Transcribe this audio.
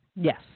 Yes